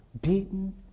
beaten